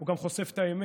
הוא גם חושף את האמת,